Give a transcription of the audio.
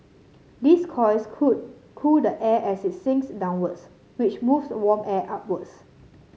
these coils could cool the air as it sinks downwards which moves warm air upwards